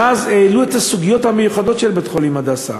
ואז העלו את הסוגיות המיוחדות של בית-חולים "הדסה",